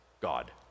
God